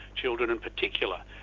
children in particular.